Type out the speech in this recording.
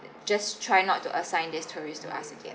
just try not to assign this tourist to us again